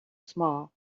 small